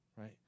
right